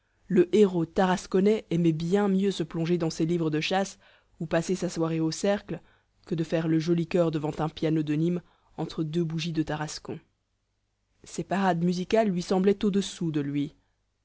le héros tarasconnais aimait bien mieux se plonger dans ses livres de chasse ou passer sa soirée au cercle que de faire le joli coeur devant un piano de nîmes entre deux bougies de tarascon ces parades musicales lui semblaient au-dessous de lui